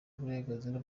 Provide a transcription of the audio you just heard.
uburenganzira